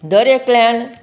दर एकल्यान